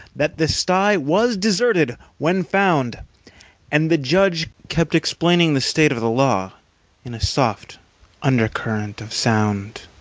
that the sty was deserted when found and the judge kept explaining the state of the law in a soft under-current of sound.